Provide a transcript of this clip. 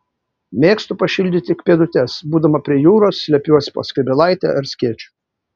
mėgstu pašildyti tik pėdutes būdama prie jūros slepiuosi po skrybėlaite ar skėčiu